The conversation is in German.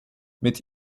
mit